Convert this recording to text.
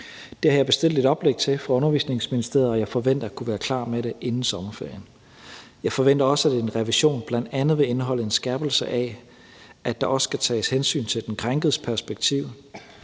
Det har jeg bestilt et oplæg til fra Børne- og Undervisningsministeriet, og jeg forventer at kunne være klar med det inden sommerferien. Jeg forventer også, at en revision bl.a. vil indeholde en skærpelse af, at der også skal tages hensyn til den krænkedes perspektiv,